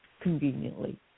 conveniently